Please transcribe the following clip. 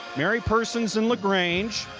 mary persons and la grange,